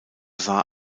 sah